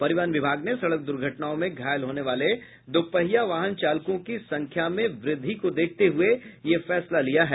परिवहन विभाग ने सड़क दूर्घटनाओं में घायल होने वाले दो पहिया वाहन चालकों की संख्या में हो वृद्धि को देखते हुए यह फैसला लिया है